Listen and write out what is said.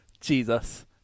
Jesus